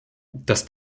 dass